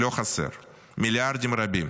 לא חסר, מיליארדים רבים.